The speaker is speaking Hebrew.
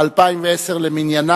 על שולחן